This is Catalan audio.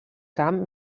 camp